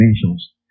dimensions